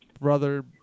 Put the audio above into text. brother